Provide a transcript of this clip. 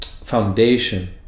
foundation